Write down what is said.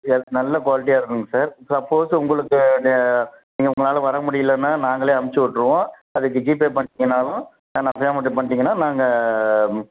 எ நல்ல குவாலிட்டியாக இருக்குங்க சார் சப்போஸ் உங்களுக்கு நீங்கள் உங்களால் வர முடியிலன்னா நாங்களே அமைச்சு விட்ருவோம் அதுக்கு ஜிபே பண்ணிட்டிங்கன்னாலும் பேமெண்ட்டு பண்ணிட்டீங்கன்னா நாங்கள்